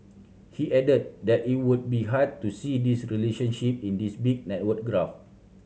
he added that it would be hard to see this relationship in this big network graph